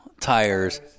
tires